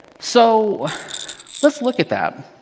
so let's look at that.